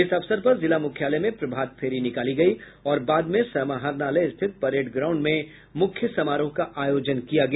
इस अवसर पर जिला मुख्यालय में प्रभातफेरी निकाली गयी और बाद में समाहरणालय स्थित परेड ग्राउंड में मुख्य समारोह का आयोजन किया गया